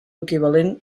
equivalent